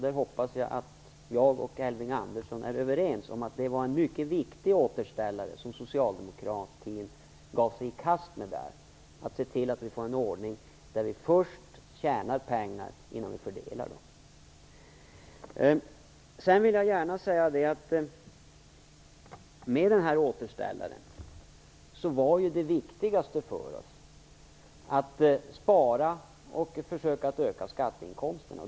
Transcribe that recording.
Jag hoppas att jag och Elving Andersson är överens om att det var en mycket viktig återställare som socialdemokratin gav sig i kast med, att vi såg till att få en ordning där man först tjänar pengar innan man fördelar dem. Sedan vill jag gärna säga att när det gäller denna återställare var det viktigaste för oss att spara och försöka att öka skatteinkomsterna.